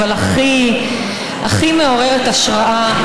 אבל הכי מעוררת השראה,